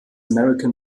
american